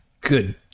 good